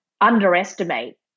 underestimate